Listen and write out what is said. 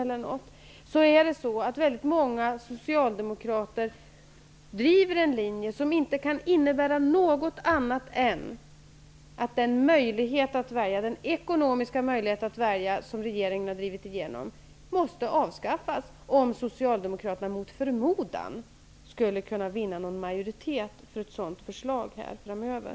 Där framgår att många socialdemokrater driver en linje som inte kan innebära något annat än att den ekonomiska möjligheten att välja skola, som regeringen har drivit igenom, skall avskaffas, om Socialdemokraterna mot förmodan skulle kunna vinna någon majoritet för ett sådant förslag här framöver.